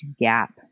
gap